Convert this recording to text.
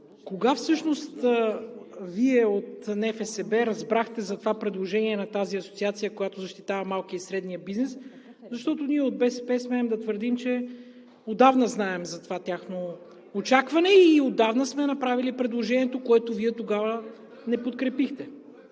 кога всъщност Вие от НФСБ разбрахте за това предложение на тази асоциация, която защитава малкия и средния бизнес? Защото ние от БСП смеем да твърдим, че отдавна знаем за това тяхно очакване и отдавна сме направили предложението, което Вие тогава не подкрепихте.